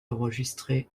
enregistré